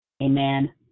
Amen